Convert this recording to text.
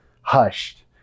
hushed